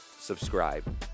subscribe